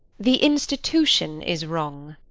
the institution is wrong.